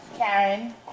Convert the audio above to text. Karen